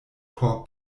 por